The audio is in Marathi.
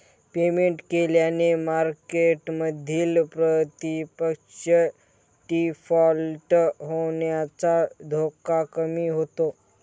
पेमेंट केल्याने मार्केटमधील प्रतिपक्ष डिफॉल्ट होण्याचा धोका कमी होतो